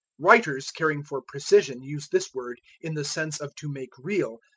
writers caring for precision use this word in the sense of to make real,